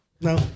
No